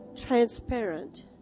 transparent